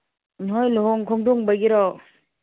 ꯅꯈꯣꯏ ꯂꯨꯍꯣꯡ ꯈꯣꯡꯗꯣꯡꯕꯒꯤꯔꯣ